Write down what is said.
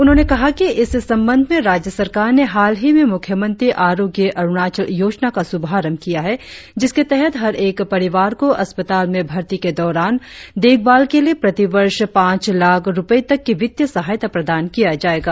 उन्होंने कहा कि इस संबंध में राज्य सरकार ने हालही में मुख्यमंत्री आरोग्य अरुणाचल योजना का शुभारंभ किया है जिसके तहत हर एक परिवार को अस्पताल में भर्ती के दौरान माध्यमिक और तृतीयक देखभाल के लिए प्रति वर्ष पांच लाख रुपये तक की वित्तीय सहायता प्रदान किया जाएगा